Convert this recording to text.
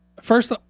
First